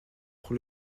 pour